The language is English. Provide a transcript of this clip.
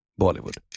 Bollywood